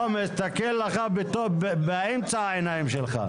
לא, מסתכל לך באמצע העיניים שלך.